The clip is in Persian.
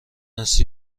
است